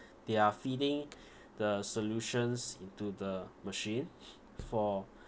they are feeding the solutions into the machine for